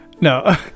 no